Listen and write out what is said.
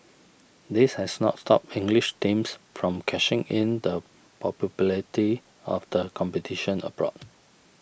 this has not stopped English teams from cashing in the probability of the competition abroad